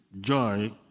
joy